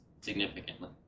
significantly